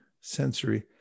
sensory